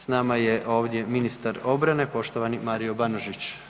S nama je ovdje ministar obrane, poštovani Mario Banožić.